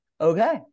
okay